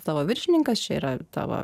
tavo viršininkas čia yra tavo